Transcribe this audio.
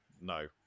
no